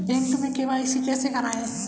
Bank में KYC कैसे करायें?